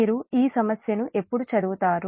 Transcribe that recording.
మీరు ఈ సమస్యను ఎప్పుడు చదువుతారు